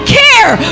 care